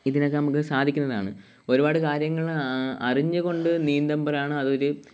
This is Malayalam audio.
ഇതിനൊക്കെ നമുക്ക് സാധിക്കുന്നതാണ് ഒരുപാട് കാര്യങ്ങൾ അറിഞ്ഞു കൊണ്ട് നീന്തുമ്പോഴാണ് അതൊരു